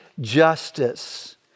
justice